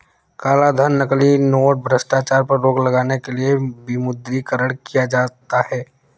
कालाधन, नकली नोट, भ्रष्टाचार पर रोक लगाने के लिए विमुद्रीकरण किया जाता है